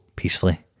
Peacefully